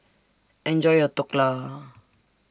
Enjoy your Dhokla